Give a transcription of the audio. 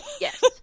Yes